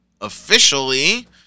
officially